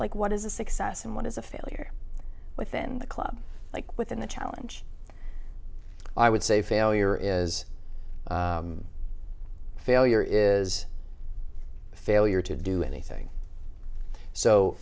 like what is a success and what is a failure within the club like within the challenge i would say failure is is failure failure to do anything so